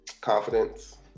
confidence